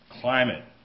Climate